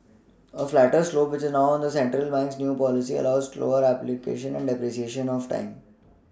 a flatter slope which is now the central bank's new policy allows slower appreciation or depreciation of time